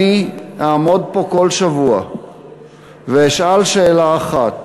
אני אעמוד פה כל שבוע ואשאל שאלה אחת,